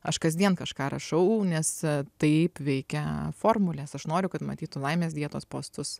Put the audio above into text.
aš kasdien kažką rašau nes taip veikia formulės aš noriu kad matytų laimės dietos postus